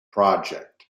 project